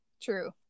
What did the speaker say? True